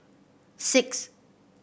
six